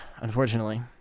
unfortunately